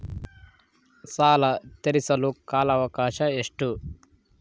ಸಾಲ ತೇರಿಸಲು ಕಾಲ ಅವಕಾಶ ಎಷ್ಟು?